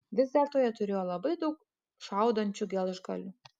vis dėlto jie turėjo labai daug šaudančių gelžgalių